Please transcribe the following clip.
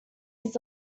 his